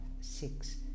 six